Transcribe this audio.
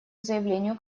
заявлению